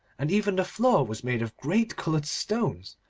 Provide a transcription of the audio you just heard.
and even the floor was made of great coloured stones,